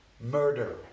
murder